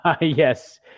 Yes